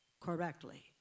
correctly